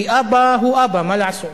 כי אבא הוא אבא, מה לעשות.